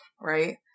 right